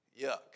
yuck